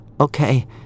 Okay